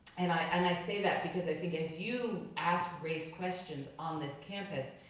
and i and i say that because i think as you ask race questions on this campus,